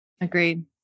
Agreed